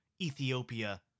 Ethiopia